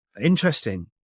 Interesting